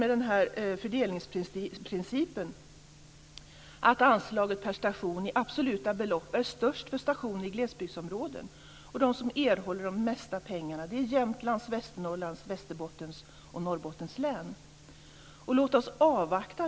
Den här fördelningsprincipen betyder att anslaget per station i absoluta belopp är störst för stationer i glesbygdsområden. De som erhåller de mesta pengarna är Jämtlands, Västernorrlands, Västerbottens och Låt oss avvakta.